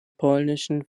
polnischen